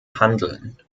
handeln